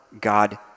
God